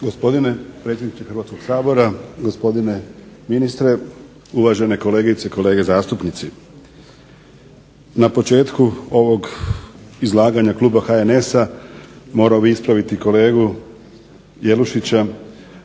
Gospodine predsjedniče Hrvatskoga sabora, gospodine ministre, uvažene kolegice i kolege zastupnici. Na početku ovog izlaganja kluba HNS-a morao bih ispraviti kolegu Jelušića.